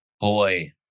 boy